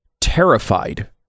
terrified